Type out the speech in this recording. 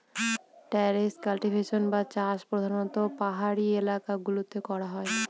terrace cultivation বা চাষ প্রধানত পাহাড়ি এলাকা গুলোতে করা হয়